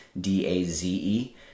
D-A-Z-E